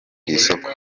isoko